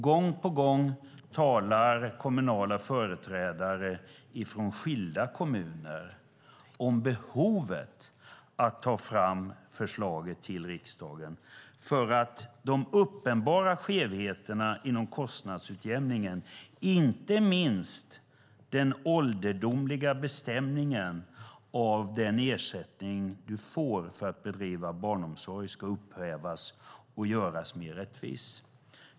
Gång på gång talar kommunala företrädare från skilda kommuner om behovet av att ta fram förslaget till riksdagen. De uppenbara skevheterna inom kostnadsutjämningen, inte minst den ålderdomliga bestämningen av den ersättning du får för att bedriva barnomsorg, ska upphävas och göras mer rättvis.